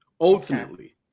Ultimately